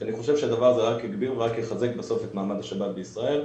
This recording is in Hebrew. אני חושב שהדבר הזה בסוף רק יגביר ורק יחזק את מעמד השבת בישראל.